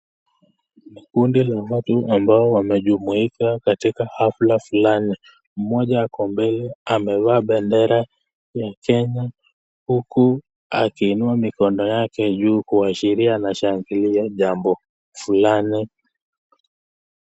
Kundi la watu ambao wamejumuika katika hafla fulani, mmoja ako mbele amevaa bendera ya Kenya huku akiinua mikono yake juu kuashiria anashangilia jambo fulani.